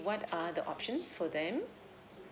what are the options for them